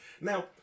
Now